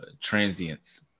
transients